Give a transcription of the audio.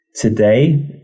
Today